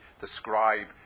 describe